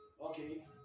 Okay